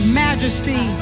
majesty